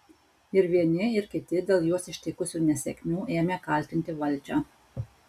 ir vieni ir kiti dėl juos ištikusių nesėkmių ėmė kaltinti valdžią